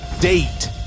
date